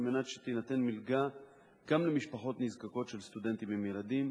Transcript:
על מנת שתינתן מלגה גם למשפחות נזקקות של סטודנטים עם ילדים,